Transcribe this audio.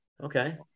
Okay